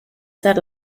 ser